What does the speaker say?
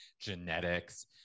genetics